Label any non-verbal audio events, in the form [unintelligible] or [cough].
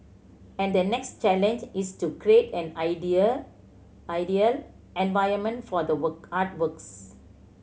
and the next challenge is to create an idea ideal environment for the [unintelligible] artworks